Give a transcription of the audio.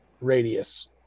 Radius